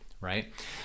right